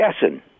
guessing